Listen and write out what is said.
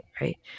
right